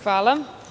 Hvala.